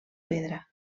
pedra